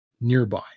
nearby